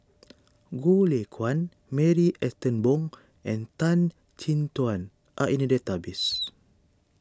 Goh Lay Kuan Marie Ethel Bong and Tan Chin Tuan are in the database